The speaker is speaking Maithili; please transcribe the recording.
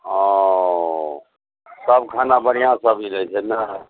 आ ओ सब खाना बढ़िऑं सब मिलै छै ने